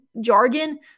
jargon